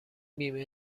بیمه